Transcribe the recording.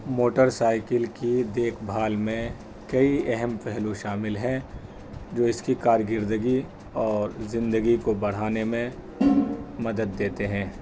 motor cycle کی دیکھ بھال میں کئی اہم پہلو شامل ہیں جو اس کی کارگرردگی اور زندگی کو بڑھانے میں مدد دیتے ہیں